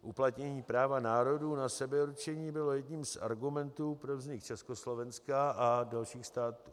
Uplatnění práva národů na sebeurčení bylo jedním z argumentů pro vznik Československa a dalších států.